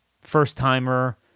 first-timer